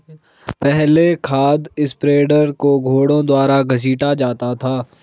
पहले खाद स्प्रेडर को घोड़ों द्वारा घसीटा जाता था